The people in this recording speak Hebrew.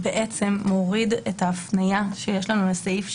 מוריד את ההפניה שיש לנו לסעיף 7ג(א)